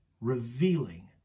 revealing